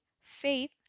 Faith